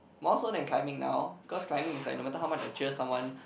more so then climbing now cause climbing is like no matter how much I cheer someone